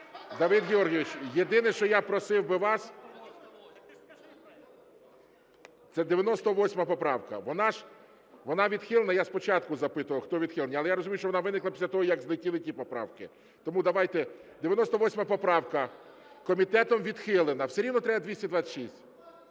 Давид Георгійович, єдине, що я просив би вас… Це 98 поправка, вона відхилена. Я спочатку запитував, хто відхилення. Але я розумію, що вона виникла після того, як злетіли ті поправки. Тому давайте, 98 поправка. Комітетом відхилена. (Шум у залі) Все рівно треба 226.